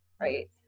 right